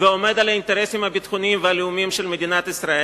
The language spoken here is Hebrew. ועומד על האינטרסים הביטחוניים והלאומיים של מדינת ישראל.